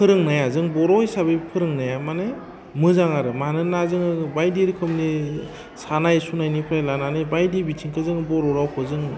फोरोंनाया जों बर' हिसाबै फोरोंनाया माने मोजां आरो मानोना जोङो बायदि रोखोमनि सानाय सुनायनिफाय लानानै बायदि बिथिंखौ जों बर' रावखौ जों